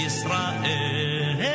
Israel